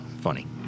funny